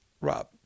Rob